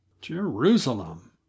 Jerusalem